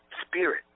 spirit